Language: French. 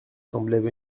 semblaient